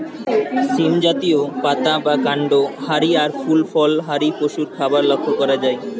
সীম জাতীয়, পাতা বা কান্ড হারি আর ফুল ফল হারি পশুর খাবার লক্ষ করা যায়